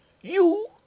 You